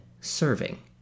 serving